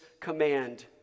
command